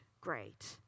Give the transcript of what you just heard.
great